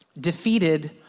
defeated